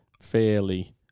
Fairly